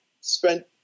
spent